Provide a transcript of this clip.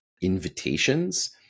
invitations